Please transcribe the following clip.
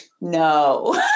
No